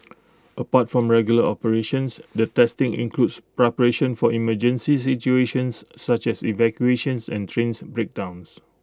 apart from regular operations the testing includes preparation for emergency situations such as evacuations and trains breakdowns